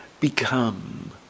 become